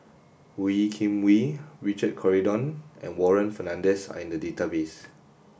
Wee Kim Wee Richard Corridon and Warren Fernandez are in the database